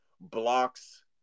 Blocks